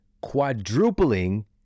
quadrupling